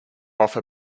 offer